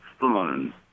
fun